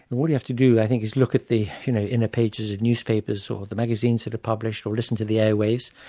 and all you have to do i think is look at the you know inner pages of newspapers, or the magazines that are published, or listen to the airwaves,